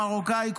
מרוקאי,